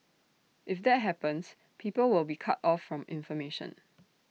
if that happens people will be cut off from information